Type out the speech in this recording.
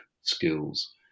skills